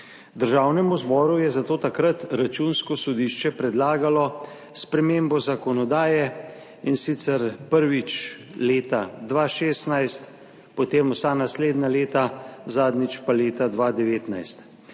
Državnemu zboru je zato takrat Računsko sodišče predlagalo spremembo zakonodaje, in sicer prvič leta 2016, potem vsa naslednja leta, zadnjič pa leta 2019.